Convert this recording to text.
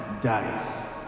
dice